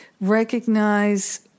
recognize